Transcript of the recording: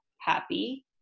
happy